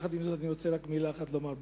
יחד עם זאת אני רוצה רק מלה אחת לומר,